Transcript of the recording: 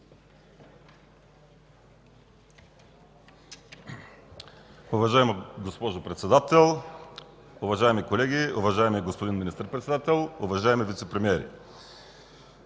Уважаема госпожо Председател, уважаеми колеги, уважаеми господин Министър-председател, уважаеми вицепремиери!